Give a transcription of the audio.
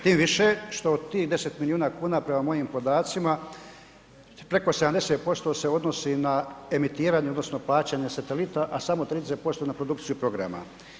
Tim više što tih 10 milijuna kuna prema mojim podacima preko 70% se odnosi na emitiranje odnosno plaćanje satelita, a samo 20% na produkciju programa.